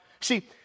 See